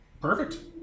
Perfect